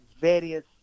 various